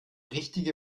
richtige